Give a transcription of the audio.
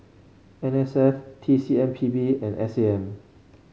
N S F T C M P B and S A M